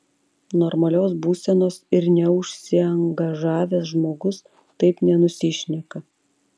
normalios būsenos ir neužsiangažavęs žmogus taip nenusišneka